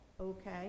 okay